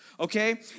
Okay